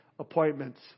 appointments